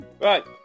Right